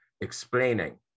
explaining